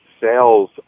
sales